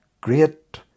great